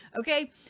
Okay